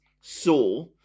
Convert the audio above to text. saw